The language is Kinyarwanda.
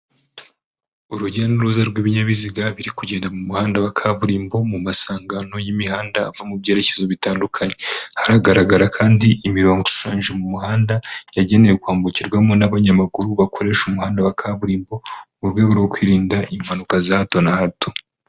Urujya n'uruza rw'ibinyabiziga biri kugenda mu muhanda wa kaburimbo mu masangano y'imihanda ava mu byerekezo bitandukanye, haragaragara kandi imirongo ishushanyije mu muhanda yagenewe kwambukirwamo n'abanyamakuru bakoresha umuhanda wa kaburimbo, mu rwego rwo kwirinda impanuka za hato na hato.